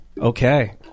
okay